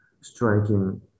striking